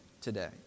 today